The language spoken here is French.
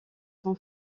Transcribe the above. son